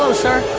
so sir.